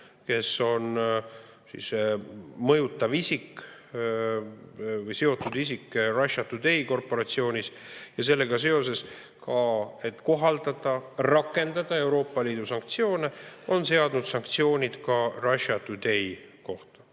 kes on mõjutav isik või Russia Today korporatsiooniga seotud isik, ja sellega seoses, et kohaldada, rakendada Euroopa Liidu sanktsioone, on seadnud sanktsioonid ka Russia Today vastu.